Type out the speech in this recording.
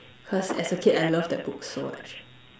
cause as a kid I loved that book so much